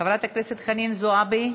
חברת הכנסת חנין זועבי,